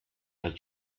hat